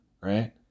right